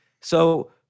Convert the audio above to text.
So-